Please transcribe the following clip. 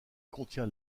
contient